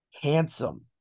handsome